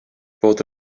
fod